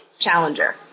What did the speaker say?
challenger